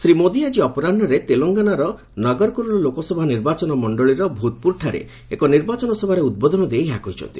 ଶ୍ରୀ ମୋଦି ଆଜି ଅପରାହ୍ନରେ ତେଲେଙ୍ଗନାର ନଗର କୁରୁଲୁ ଲୋକସଭା ନିର୍ବାଚନ ମଣ୍ଡଳୀର ଭୁତ୍ପୁରଠାରେ ଏକ ନିର୍ବାଚନ ସଭାରେ ଉଦ୍ବୋଧନ ଦେଇ ଏହା କହିଛନ୍ତି